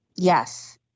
Yes